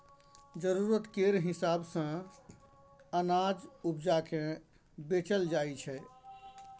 जरुरत केर हिसाब सँ अनाज उपजा केँ बेचल जाइ छै